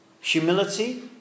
Humility